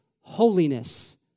holiness